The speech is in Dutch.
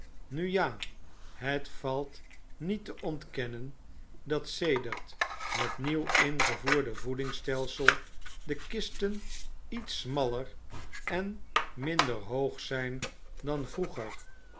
nu ja het valt niet te ontkennen dat sedert het nieuw ingevoerde voedingsstelsel de kisten iets smaller en minder hoog zijn dan vroeger